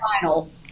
final